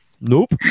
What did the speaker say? nope